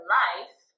life